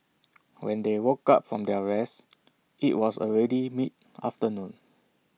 when they woke up from their rest IT was already mid afternoon